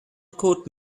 quote